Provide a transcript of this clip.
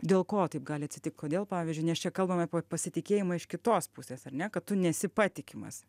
dėl ko taip gali atsitikt kodėl pavyzdžiui nes čia kalbame pasitikėjimą iš kitos pusės ar ne kad tu nesi patikimas